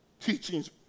teachings